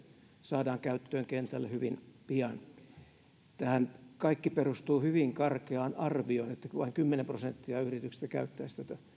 saadaan käyttöön kentälle hyvin pian tämä kaikkihan perustuu hyvin karkeaan arvioon että vain kymmenen prosenttia yrityksistä käyttäisi tätä